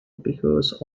because